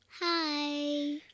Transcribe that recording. Hi